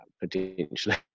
potentially